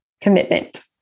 commitment